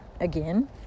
again